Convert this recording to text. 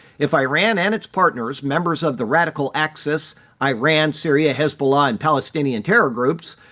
if iran and its partners, members of the radical axis iran, syria, hezbollah and palestinian terror groups,